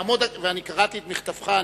קראתי את מכתבך,